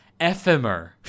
Ephemer